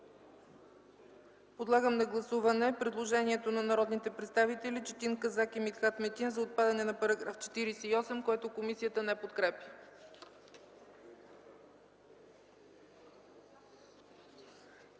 Подлагам на гласуване предложението на народните представители Четин Казак и Митхат Метин за отпадане на § 48, който комисията не подкрепя.